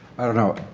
i don't know.